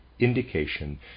indication